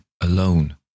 alone